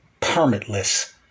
permitless